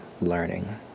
learning